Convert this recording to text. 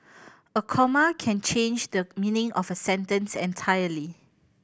a comma can change the meaning of a sentence entirely